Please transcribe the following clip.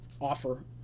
offer